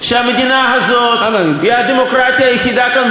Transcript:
שהמדינה הזאת היא הדמוקרטיה היחידה כאן,